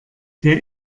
der